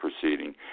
proceeding